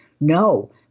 No